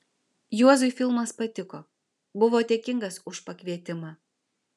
juozui filmas patiko buvo dėkingas už pakvietimą